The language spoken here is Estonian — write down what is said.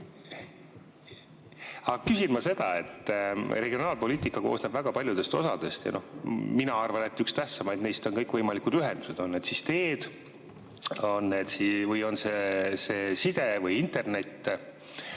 küsin ma seda, et regionaalpoliitika koosneb väga paljudest osadest. Mina arvan, et üks tähtsamaid neist on kõikvõimalikud ühendused, on need siis teed või on see side või internet.